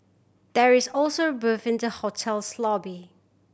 there is also a booth in the hotel's lobby